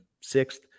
sixth